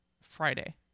Friday